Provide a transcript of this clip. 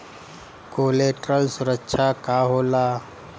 Collateral सुरक्षा का होला?